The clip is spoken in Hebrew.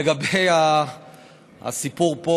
לגבי הסיפור פה,